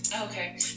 Okay